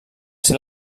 ser